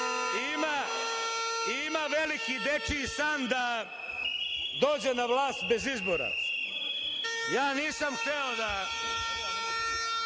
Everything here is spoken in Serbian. ima veliki dečiji san da dođe na vlast bez izbora. Ja nisam hteo da